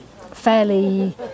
fairly